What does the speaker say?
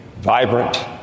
vibrant